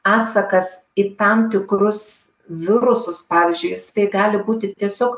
atsakas į tam tikrus virusus pavyzdžiui jisai gali būti tiesiog